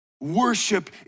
Worship